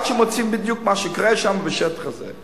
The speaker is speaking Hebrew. עד שמוצאים בדיוק מה שיקרה שם בשטח הזה,